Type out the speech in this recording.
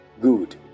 Good